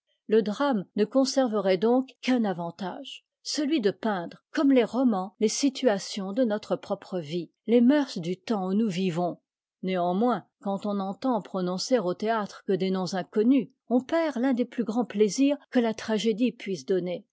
le drame ne conserverait donc qu'un avantage celui de peindre comme les romans les situations de notre propre vie les moeurs du temps où nous vivons néanmoins quand on n'entend prononcer au théâtre que des noms inconnus on perd l'un des plus grands plaisirs que la tragédie puisse donner